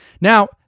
Now